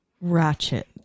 ratchet